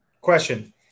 Question